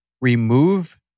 remove